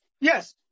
Yes